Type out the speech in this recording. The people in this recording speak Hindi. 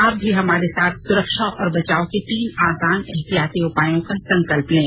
आप भी हमारे साथ सुरक्षा और बचाव के तीन आसान एहतियाती उपायों का संकल्प लें